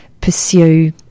pursue